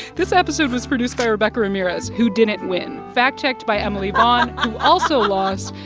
this episode was produced by rebecca ramirez, who didn't win, fact-checked by emily vaughn, ah who also lost,